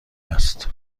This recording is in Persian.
است